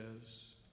says